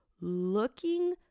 looking